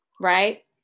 Right